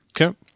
Okay